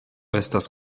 estas